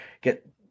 get